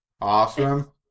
Awesome